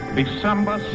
December